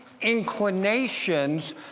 inclinations